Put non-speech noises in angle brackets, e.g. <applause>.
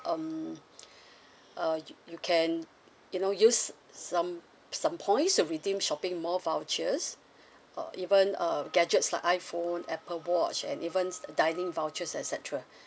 um <breath> uh y~ you can you know use some some points to redeem shopping mall vouchers uh even uh gadgets like iphone apple watch and even dining vouchers et cetera